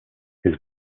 his